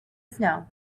snow